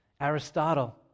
Aristotle